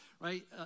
right